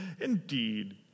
indeed